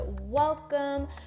welcome